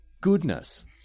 goodness